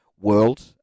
world